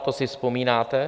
To si vzpomínáte.